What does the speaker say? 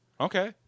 Okay